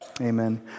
Amen